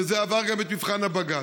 וזה עבר גם את מבחן הבג"ץ.